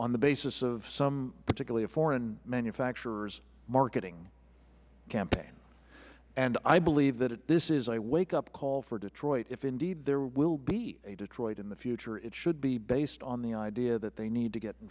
on the basis of some particular foreign manufacturer's marketing campaign and i believe this is a wake up call for detroit if indeed there will be a detroit in the future it should be based on the idea that they need to get in